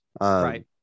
Right